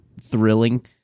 thrilling